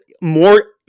more